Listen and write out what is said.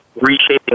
reshaping